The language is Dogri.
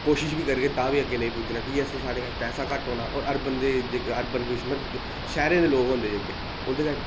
कोशिश बी करगे तां बी अग्गें नेईं पुज्जना कि'यां कि साढ़े कश पैसा घट्ट होना अरबन दे जेह्के अरबन किश मतलब शैह्रें दे लोक होंदे जेह्के उं'दे कश